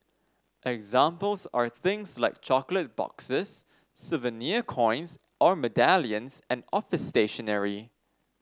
examples are things like chocolate boxes souvenir coins or medallions and office stationery